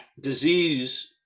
disease